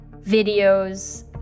videos